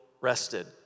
rested